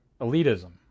elitism